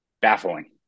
Baffling